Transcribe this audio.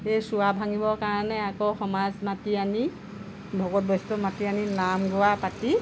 সেয়ে চুৱা ভাঙিব কাৰণে আকৌ সমাজ মাতি আনি ভকত বৈষ্ণৱ মাতি আনি নাম গোৱা পাতি